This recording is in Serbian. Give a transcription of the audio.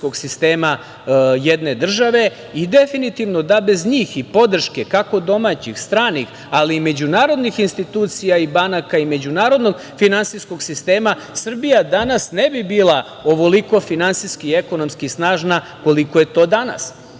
sistema jedne države i definitivno da bez njih i podrške kako domaćih, stranih, ali i međunarodnih institucija i banaka, i međunarodnog finansijskog sistema Srbija danas ne bi bilo ovoliko finansijski i ekonomski snažna koliko je to danas. Ali,